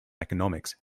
economics